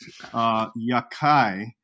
Yakai